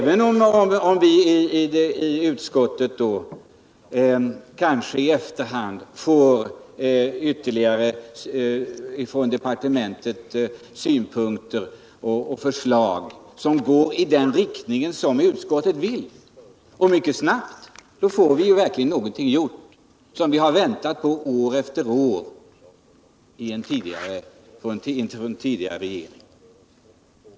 Vi får kanske i utskottet i efterhand synpunkter och förslag från departementet, men då de överensstämmer med utskottets önskemål och kommer snabbt får vi ju verkligen någonting gjort. Under den tidigare regeringen väntade vi år efter år.